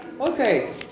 okay